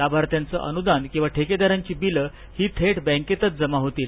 लाभार्थ्यांच अनुदान किंवा ठेकेदारांची बिले ही थेट बँकेतच जमा होतील